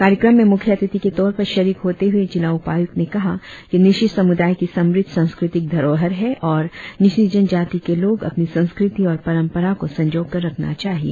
कार्यक्रम में मुख्य अतिथि के तौर पर शरीक होते हुए जिला उपायुक्त ने कहा की निशी समुदाय की समुद्ध संस्कृतिक धरोहर है और निशी जनजाती के लोग अपनी संस्कृति और परंपरा को संजोकर रखना चाहिए